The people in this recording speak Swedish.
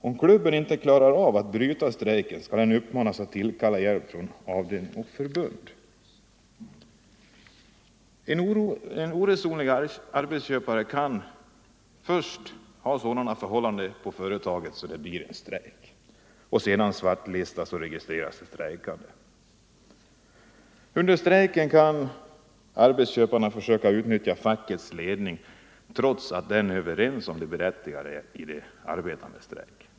Om klubben inte klarar att bryta strejken skall den uppmanas att tillkalla hjälp från avdelning och förbund.” En oresonlig arbetsköpare kan först ha sådana förhållanden på företaget att det blir strejk. Sedan svartlistas och registreras de strejkande. Under strejken kan arbetsköparna försöka utnyttja fackets ledning, trots att den är överens med arbetarna om det berättigade i deras strejk.